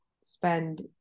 spend